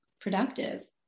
productive